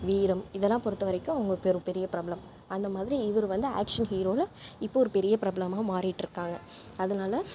வீரம் இதல்லாம் பொறுத்த வரைக்கும் அவங்க பெரிய பிரபலம் அந்த மாதிரி இவரு வந்து ஆக்க்ஷன் ஹீரோவில் இப்போ ஒரு பெரிய பிரபலமாக மாறிகிட்ருக்காங்க